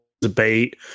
debate